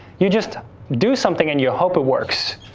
you just do something and you hope it works.